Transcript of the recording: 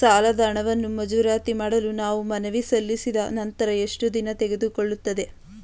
ಸಾಲದ ಹಣವನ್ನು ಮಂಜೂರಾತಿ ಮಾಡಲು ನಾವು ಮನವಿ ಸಲ್ಲಿಸಿದ ನಂತರ ಎಷ್ಟು ದಿನ ತೆಗೆದುಕೊಳ್ಳುತ್ತದೆ?